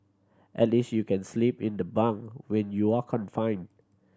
at least you can sleep in the bunk when you're confined